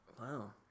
Wow